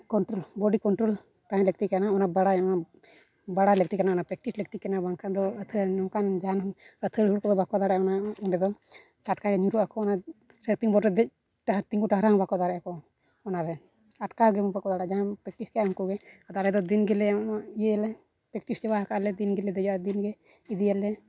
control ᱵᱚᱰᱤ control ᱛᱟᱦᱮᱸ ᱞᱟᱹᱠᱛᱤ ᱠᱟᱱᱟ ᱚᱱᱟ ᱵᱟᱲᱟᱭ ᱚᱱᱟ ᱵᱟᱲᱟᱭ ᱞᱟᱹᱠᱛᱤ ᱠᱟᱱᱟ ᱚᱱᱟ ᱯᱨᱮᱠᱴᱤᱥ ᱞᱟᱹᱠᱛᱤ ᱠᱟᱱᱟ ᱵᱟᱝᱠᱷᱟᱱ ᱫᱚ ᱟᱹᱛᱷᱟᱹᱲᱟ ᱱᱚᱝᱠᱟᱱ ᱡᱟᱦᱟᱱ ᱟᱹᱛᱷᱟᱹᱲᱤ ᱦᱚᱲ ᱠᱚᱫᱚ ᱵᱟᱠᱚ ᱫᱟᱲᱮᱭᱟᱜᱼᱟ ᱦᱩᱱᱟᱹᱝ ᱚᱸᱰᱮ ᱫᱚ ᱴᱟᱴᱠᱟ ᱜᱮ ᱧᱩᱨᱩᱜ ᱟᱠᱚ ᱚᱸᱰᱮ ᱥᱟᱨᱯᱷᱤᱝ ᱵᱳᱴ ᱨᱮ ᱫᱮᱡᱽ ᱛᱤᱸᱜᱩ ᱛᱟᱦᱮᱱ ᱦᱚᱸ ᱵᱟᱠᱚ ᱫᱟᱲᱮᱭᱟᱜᱼᱟ ᱠᱚ ᱚᱱᱟ ᱨᱮ ᱟᱴᱠᱟᱣ ᱜᱮ ᱵᱟᱠᱚ ᱫᱟᱲᱮᱭᱟᱜᱼᱟ ᱡᱟᱦᱟᱸᱭ ᱯᱨᱮᱠᱴᱤᱥ ᱠᱟᱜᱼᱟᱭ ᱩᱱᱠᱩ ᱜᱮ ᱟᱫᱚ ᱟᱞᱮ ᱫᱚ ᱫᱤᱱ ᱜᱮᱞᱮ ᱤᱭᱟᱹᱭᱟᱞᱮ ᱯᱨᱮᱠᱴᱤᱥ ᱪᱟᱵᱟ ᱟᱠᱟᱫᱟᱞᱮ ᱫᱤᱱ ᱜᱮᱞᱮ ᱫᱮᱡᱚᱜᱼᱟ ᱫᱤᱱ ᱜᱮ ᱤᱫᱤᱭᱟᱞᱮ